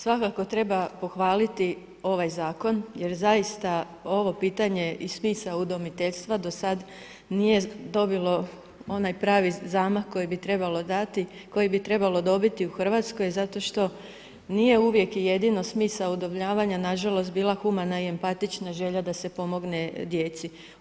Svakako treba pohvaliti ovaj Zakon jer zaista ovo pitanje i smisao udomiteljstva do sad nije dobilo onaj pravi zamah koji bi trebalo dati, koji bi trebalo dobiti u RH zato što nije uvijek i jedino smisao udomljavanja nažalost bila humana i empatična želja da e pomogne djeci.